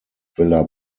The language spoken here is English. villa